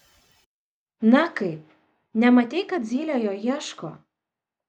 na kaip nematei kad zylė jo ieško